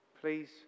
Please